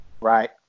right